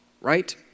right